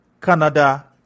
Canada